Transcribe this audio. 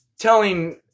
telling